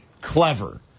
clever